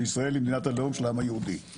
שישראל היא מדינת הלאום של העם היהודי.